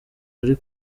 ari